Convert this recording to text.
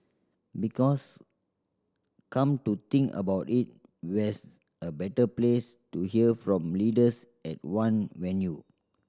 because come to think about it where's a better place to hear from leaders at one venue